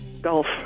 Golf